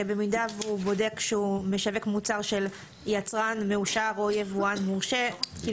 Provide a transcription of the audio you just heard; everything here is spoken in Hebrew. שבמידה והוא בודק שהוא משווק מוצר של יצרן מאושר או יבואן מורשה.